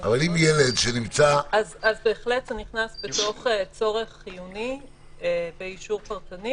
ההגבלות אז בהחלט זה נכנס בצורך חיוני באישור פרטני,